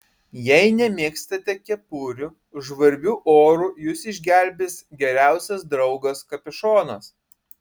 jei nemėgstate kepurių žvarbiu oru jus išgelbės geriausias draugas kapišonas